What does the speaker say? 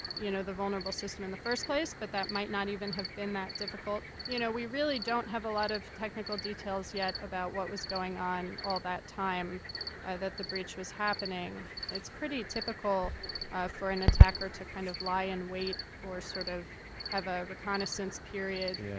you know, the vulnerable system in the first place. but that might not even have been that difficult. you know, we really don't have a lot of technical details yet about what was going on all that time that the breach was happening. it's pretty typical for an attacker to kind of lie in wait or sort of have a reconnaissance period. yeah